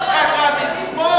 יצחק רבין שמאל?